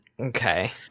Okay